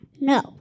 No